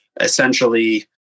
essentially